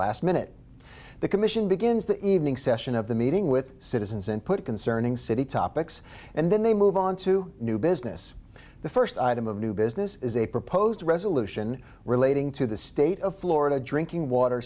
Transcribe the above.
last minute the commission begins the evening session of the meeting with citizens and put it concerning city topics and then they move on to new business the first item of new business is a proposed resolution relating to the state of florida drinking water